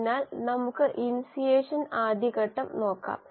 അതിനാൽ നമുക്ക് ഇനിസിയേഷൻ ആദ്യ ഘട്ടം നോക്കാം